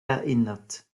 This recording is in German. erinnert